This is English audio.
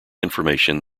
information